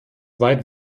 weit